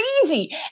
crazy